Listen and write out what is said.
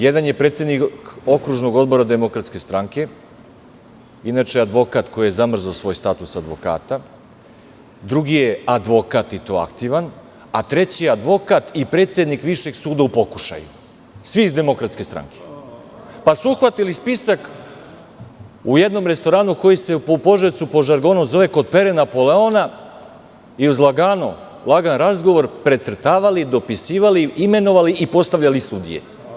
Jedan je predsednik Okružnog odbora DS, inače advokat koji je zamrzao svoj status advokata, drugi je advokat i to aktivan, a treći je advokat i predsednik Višeg suda u pokušaju i svi iz DS, pa su uhvatili spisak u jednom restoranu koji se u Požarevcu po žargonu zove "Kod Pere Napoleona" i uz lagan razgovor precrtavali, dopisivali, imenovali i postavljali sudije.